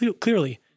clearly